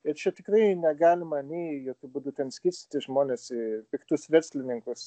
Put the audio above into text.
ir čia tikrai negalima nei jokiu būdu ten skirstyti žmones į piktus verslininkus